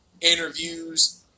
interviews